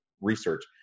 research